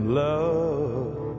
love